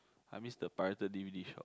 I missed the pirated d_v_d shop